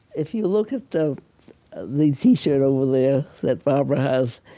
if you look at the the t-shirt over there that barbara has,